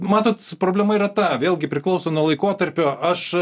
matot problema yra ta vėlgi priklauso nuo laikotarpio aš